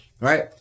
Right